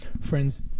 friend's